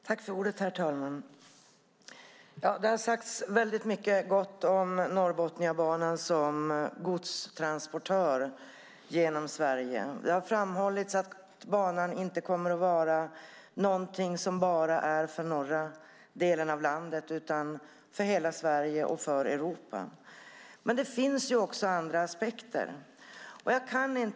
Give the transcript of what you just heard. Herr talman! Det har sagts mycket gott om Norrbotniabanan som godstransportör genom Sverige. Det har framhållits att banan kommer att vara någonting inte bara för den norra delen av landet utan för hela Sverige och för Europa. Men det finns också andra aspekter.